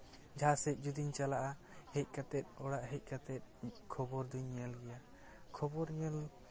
ᱡᱟᱦᱟᱸ ᱥᱮᱫ ᱡᱩᱫᱤᱧ ᱪᱟᱞᱟᱜᱼᱟ ᱦᱮᱡ ᱠᱟᱛᱮ ᱚᱲᱟᱜ ᱦᱮᱡ ᱠᱟᱛᱮ ᱠᱷᱚᱵᱚᱨ ᱫᱚᱹᱧ ᱧᱮᱞ ᱜᱮᱭᱟ ᱠᱷᱚᱵᱚᱨ ᱧᱮᱞ